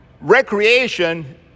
recreation